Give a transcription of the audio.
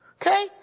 Okay